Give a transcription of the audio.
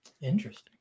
Interesting